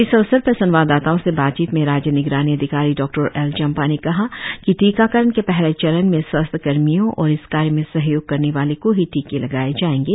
इस अवसर पर संवाददाताओं से बातचीत में राज्य निगरानी अधिकारी डॉएलजम्पा ने कहा कि टीकाकरण के पहले चरण में स्वास्थ्य कर्मियों और इस कार्य में सहयोग करने वालों को ही टीके लगाए जाएंगे